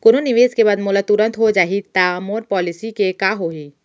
कोनो निवेश के बाद मोला तुरंत हो जाही ता मोर पॉलिसी के का होही?